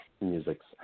musics